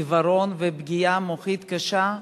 עיוורון ופגיעה מוחית קשה?